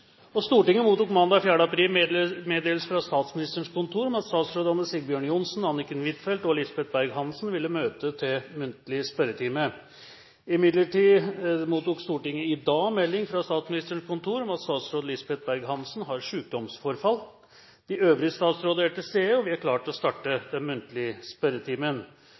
møte til muntlig spørretime. Imidlertid mottok Stortinget i dag melding fra Statsministerens kontor om at statsråd Lisbeth Berg-Hansen har sykdomsforfall. De øvrige statsrådene er til stede, og vi er klar til å starte den muntlige spørretimen.